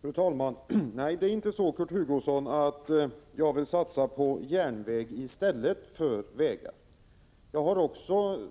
Fru talman! Nej, det är inte så att jag vill satsa på järnvägar i stället för vägar. Jag har